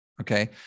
okay